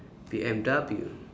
B_M_W